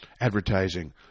advertising